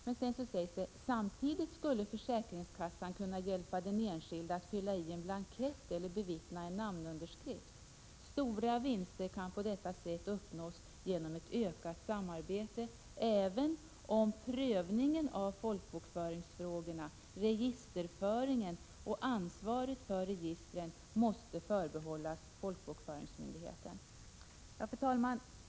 Det sägs vidare: ”Samtidigt skulle försäkringskassan kunna hjälpa den enskilde att fylla i en blankett eller bevittna en namnunderskrift. Stora vinster kan på detta sätt uppnås genom ett ökat samarbete, även om prövningen av folkbokföringsfrågorna, registerföringen och ansvaret för registren givetvis måste förbehållas folkbokföringsmyndigheten.” Fru talman!